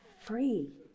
free